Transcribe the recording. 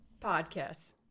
podcasts